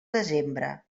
desembre